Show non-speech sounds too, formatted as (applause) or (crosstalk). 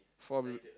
four (noise)